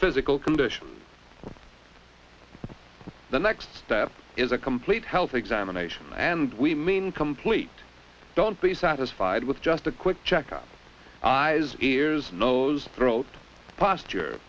physical condition the next step is a complete health examination and we mean complete don't be satisfied with just a quick check up eyes ears nose throat past